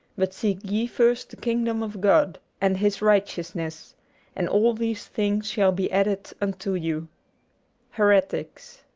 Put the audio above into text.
but seek ye first the kingdom of god, and his righteousness and all these things shall be added unto you heretics.